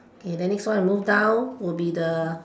okay then next one I move down will be the